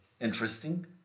interesting